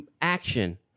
action